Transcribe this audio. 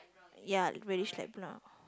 ya reddish light brown